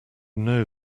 know